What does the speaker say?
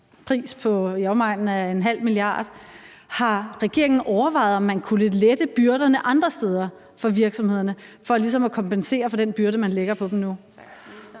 pris i omegnen af 0,5 mia. kr., har overvejet, om man kunne lette byrderne andre steder for virksomhederne for ligesom at kompensere for den byrde, man lægger på dem nu.